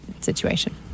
situation